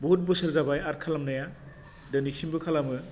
बहुथ बोसोर जाबाय आर्ट खालामनाया दोनैसिमबो खालामो